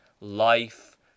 life